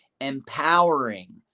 empowering